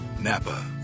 Napa